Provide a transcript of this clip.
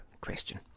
question